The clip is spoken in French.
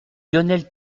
lionel